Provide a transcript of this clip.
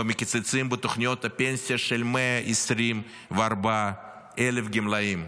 ומקצצים בתוכניות הפנסיה של 124,000 גמלאים.